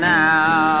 now